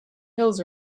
hills